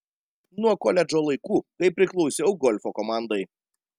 nuo koledžo laikų kai priklausiau golfo komandai